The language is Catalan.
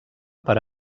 per